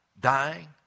dying